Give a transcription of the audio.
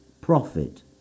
Profit